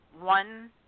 one